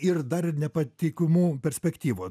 ir dar nepatikimų perspektyvų